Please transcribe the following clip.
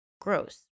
Gross